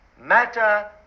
matter